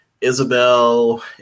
Isabel